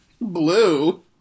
Blue